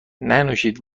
ننوشید